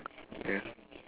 ya